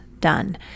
done